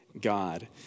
God